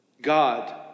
God